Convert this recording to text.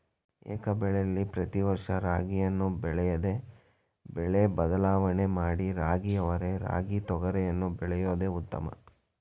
ಏಕಬೆಳೆಲಿ ಪ್ರತಿ ವರ್ಷ ರಾಗಿಯನ್ನೇ ಬೆಳೆಯದೆ ಬೆಳೆ ಬದಲಾವಣೆ ಮಾಡಿ ರಾಗಿ ಅವರೆ ರಾಗಿ ತೊಗರಿಯನ್ನು ಬೆಳೆಯೋದು ಉತ್ತಮ